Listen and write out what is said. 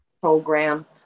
program